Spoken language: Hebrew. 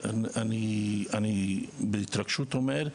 אני בהתרגשות אומר,